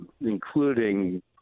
including